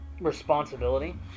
Responsibility